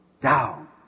down